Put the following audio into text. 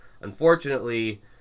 unfortunately